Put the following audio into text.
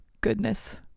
goodness